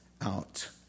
out